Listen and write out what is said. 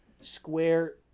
square